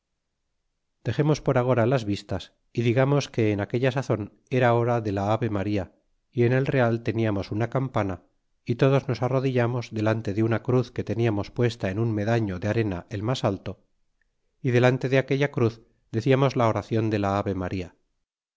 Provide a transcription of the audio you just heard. dexemos por agora las vistas y digamos que en aquella sazon era hora de la ave maría y en el real teniamos una campana y todos nos arrodillamos delante de una cruz que teniamos puesta en un medafio de arena el mas alto y delante de aquella cruz deciamos la oracion de la ave maría